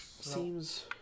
seems